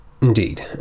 Indeed